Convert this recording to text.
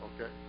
Okay